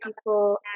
people